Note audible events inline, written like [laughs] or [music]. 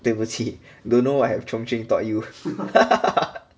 对不起 don't know what have chung cheng taught you [laughs]